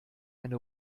eine